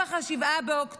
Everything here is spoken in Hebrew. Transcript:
טבח 7 באוקטובר.